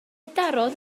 darodd